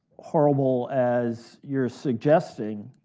horrible as you're suggesting,